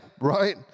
right